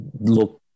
look